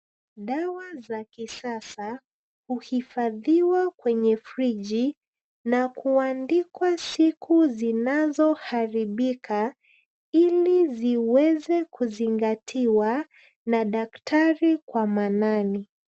Dawa za kisasa, huhifadhiwa kwenye friji na kuandikwa siku zinazoharibika ili ziweze kuzingatiwa na daktari kwa maanani.